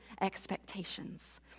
expectations